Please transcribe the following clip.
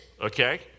okay